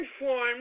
informed